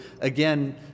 again